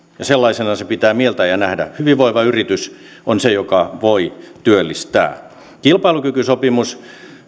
ja sellaisena se pitää mieltää ja nähdä hyvinvoiva yritys on se joka voi työllistää kilpailukykysopimus